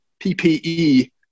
PPE